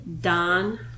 Don